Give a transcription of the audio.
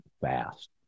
fast